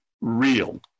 real